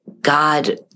God